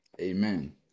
Amen